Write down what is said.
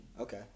Okay